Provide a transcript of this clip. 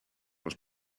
was